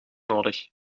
nodig